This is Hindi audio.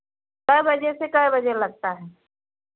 कै बजे से कै बजे लगता है